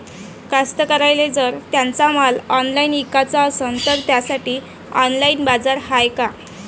कास्तकाराइले जर त्यांचा माल ऑनलाइन इकाचा असन तर त्यासाठी ऑनलाइन बाजार हाय का?